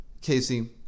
Casey